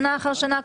שנה אחרי שנה,